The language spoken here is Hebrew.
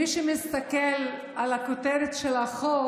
מי שמסתכל על הכותרת של החוק